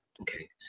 Okay